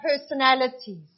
personalities